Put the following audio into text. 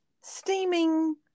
steaming